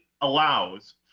allows